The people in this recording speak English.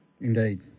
Indeed